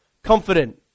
Confident